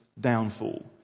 downfall